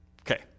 Okay